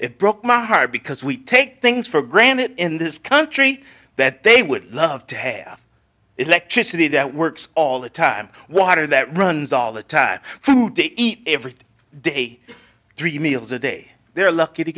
it broke my heart because we take things for granted in this country that they would love to have electricity that works all the time water that runs all the time food to eat every day three meals a day they're lucky to